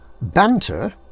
banter